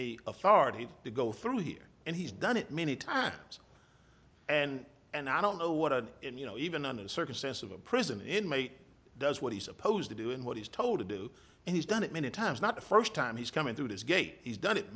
me authority to go through here and he's done it many times and and i don't know what to you know even under the circumstance of a prison inmate does what he's supposed to do and what he's told to do and he's done it many times not the first time he's coming through this gate he's done it